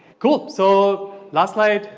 cool, so last slide,